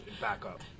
backup